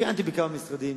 כיהנתי בכמה משרדים,